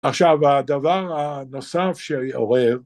עכשיו הדבר הנוסף שאורב